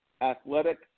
athletic